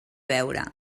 veure